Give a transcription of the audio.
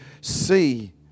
see